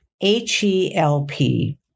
H-E-L-P